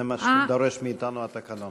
זה מה שדורש מאתנו התקנון.